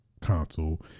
console